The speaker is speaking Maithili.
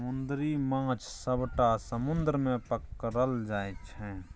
समुद्री माछ सबटा समुद्र मे पकरल जाइ छै